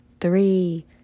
three